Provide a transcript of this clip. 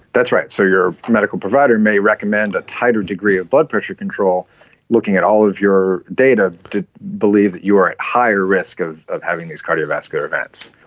that's right, so your medical provider may recommend a tighter degree of blood pressure control looking at all of your data to believe that you are at higher risk of of having these cardiovascular events.